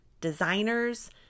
designers